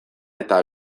eta